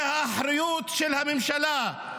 זה האחריות של הממשלה.